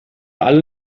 alle